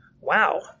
Wow